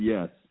Yes